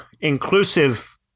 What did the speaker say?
inclusive